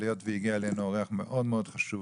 אבל היות והגיע אלינו אורח מאוד מאוד חשוב